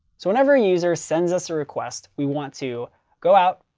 so whenever a user sends us a request, we want to go out,